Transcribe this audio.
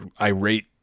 irate